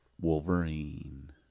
wolverine